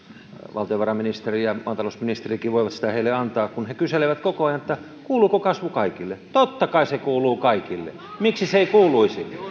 valtiovarainministeri ja maatalousministerikin voivat sitä heille antaa kun kyselevät koko ajan kuuluuko kasvu kaikille totta kai se kuuluu kaikille miksi se ei kuuluisi